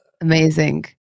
Amazing